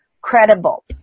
credible